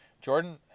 Jordan